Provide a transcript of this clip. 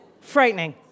Frightening